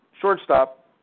shortstop